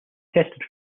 tested